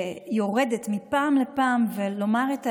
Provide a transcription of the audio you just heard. שיורדת מפעם לפעם, ולומר את האמת,